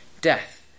death